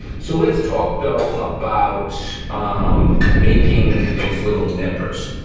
so let's talk though about making those little nippers,